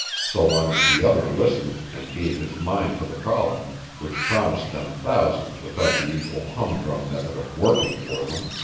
so long as the other listened and gave his mind to the problem which promised them thousands without the usual humdrum method of working for them.